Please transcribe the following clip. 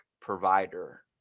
provider